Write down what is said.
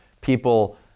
people